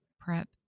Prep